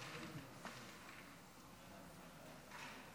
לרשותך חמש דקות.